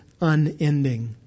Unending